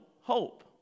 hope